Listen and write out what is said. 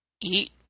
eat